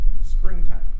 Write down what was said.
springtime